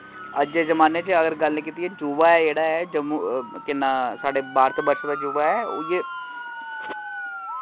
अज्ज दे जमान्ने च अगर गल्ल कीती जा युवा जेह्ड़ा ऐ जम्मू केह् नांऽ साढ़े भारतवर्श दा युवा ऐ उ'यै